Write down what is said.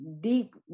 deep